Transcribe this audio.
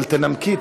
אבל תנמקי,